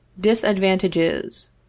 Disadvantages